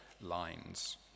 lines